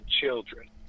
children